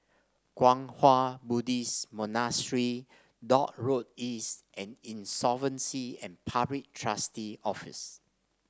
Kwang Hua Buddhist Monastery Dock Road East and Insolvency and Public Trustee Office